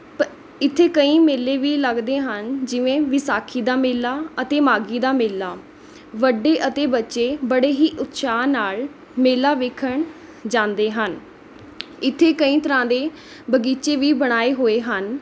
ਪ ਇੱਥੇ ਕਈ ਮੇਲੇ ਵੀ ਲੱਗਦੇ ਹਨ ਜਿਵੇਂ ਵਿਸਾਖੀ ਦਾ ਮੇਲਾ ਅਤੇ ਮਾਘੀ ਦਾ ਮੇਲਾ ਵੱਡੇ ਅਤੇ ਬੱਚੇ ਬੜੇ ਹੀ ਉਤਸ਼ਾਹ ਨਾਲ਼ ਮੇਲਾ ਵੇਖਣ ਜਾਂਦੇ ਹਨ ਇੱਥੇ ਕਈ ਤਰ੍ਹਾਂ ਦੇ ਬਗ਼ੀਚੇ ਵੀ ਬਣਾਏ ਹੋਏ ਹਨ